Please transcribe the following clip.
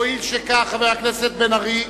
הואיל וכך, חבר הכנסת בן-ארי,